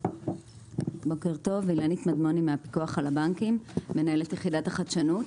בוקר טוב, אני מנהלת יחידת החדשנות.